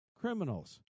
criminals